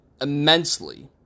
immensely